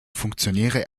funktionäre